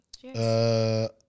Cheers